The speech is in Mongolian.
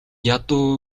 ядуу